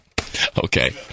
Okay